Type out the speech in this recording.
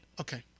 Okay